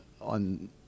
on